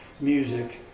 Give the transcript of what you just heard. music